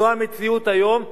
זאת המציאות היום,